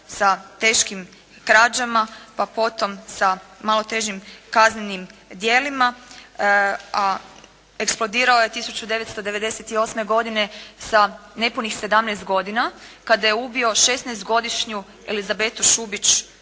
sa teškim krađama, pa potom sa malo težim kaznenim djelima, a eksplodirao je 1998. godine sa nepunih 17 godina kada je ubio 16 godišnju Elizabetu Šubić